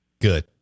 good